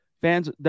Fans –